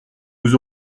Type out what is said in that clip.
nous